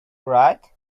right